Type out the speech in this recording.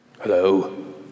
Hello